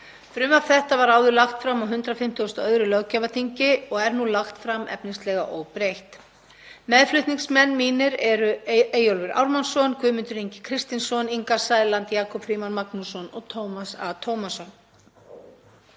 Frumvarp þetta var áður lagt fram á 152. löggjafarþingi og er nú lagt fram efnislega óbreytt. Meðflutningsmenn mínir eru hv. þingmenn Eyjólfur Ármannsson, Guðmundur Ingi Kristinsson, Inga Sæland, Jakob Frímann Magnússon og Tómas A. Tómasson.